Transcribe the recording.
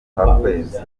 ngarukakwezi